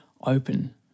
open